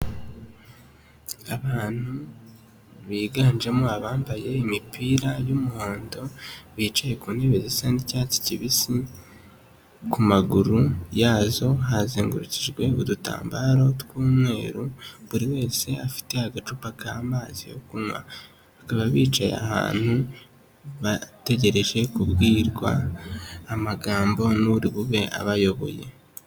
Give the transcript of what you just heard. Abantu biganjemo abambaye imipira y'umuhondo bicaye ku ntebe zisa n'icyatsi kibisi ku maguru yazo hazengurukijwe udutambaro tw'umweru buri wese afite agacupa k'amazi yo kunywa bakaba bicaye ahantu bategereje kubwirwa amagambo n'uri bube abayoboye.